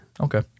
Okay